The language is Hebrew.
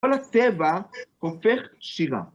כל הטבע הופך שירה.